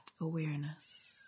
awareness